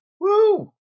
Woo